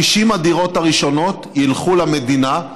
50 הדירות הראשונות ילכו למדינה,